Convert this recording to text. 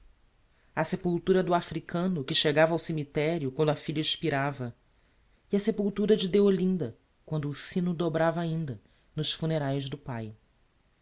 a sepultura do africano que chegava ao cemiterio quando a filha expirava e a sepultura de deolinda quando o sino dobrava ainda nos funeraes do pai